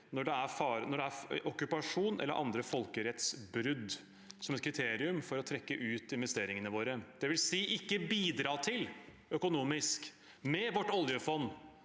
når det er okkupasjon eller andre folkerettsbrudd, som et kriterium for å trekke ut investeringene våre, dvs. ikke bidra økonomisk med vårt oljefond